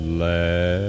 last